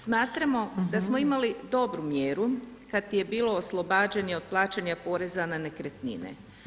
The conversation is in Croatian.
Smatramo da smo imali dobru mjeru kad je bilo oslobađanje od plaćanja poreza na nekretnine.